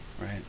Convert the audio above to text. right